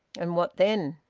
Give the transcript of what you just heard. and what then?